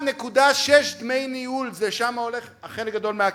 1.6% דמי ניהול, לשם הולך חלק מהכסף,